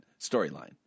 storyline